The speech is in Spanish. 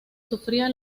sufría